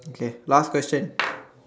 okay last question